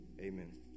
amen